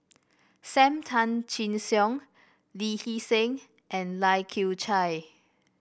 Sam Tan Chin Siong Lee Hee Seng and Lai Kew Chai